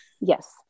Yes